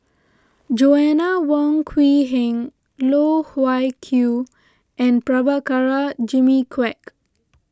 Joanna Wong Quee Heng Loh Wai Kiew and Prabhakara Jimmy Quek